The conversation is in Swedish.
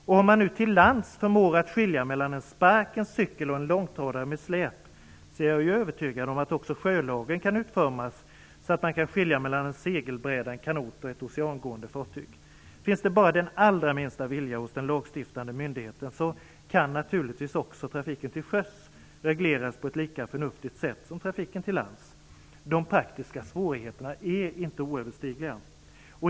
Om man till lands förmår att skilja mellan en spark, en cykel och en långtradare med släp är jag övertygad om att också sjölagen kan utformas så att man kan skilja mellan en segelbräda, en kanot och ett oceangående fartyg. Om det bara finns den allra minsta vilja hos den lagstiftande myndigheten kan naturligtvis även trafiken till sjöss regleras på ett lika förnuftigt sätt som trafiken till lands. De praktiska svårigheterna är inte oöverstigliga.